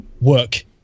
work